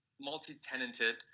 multi-tenanted